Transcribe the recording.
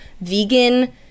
vegan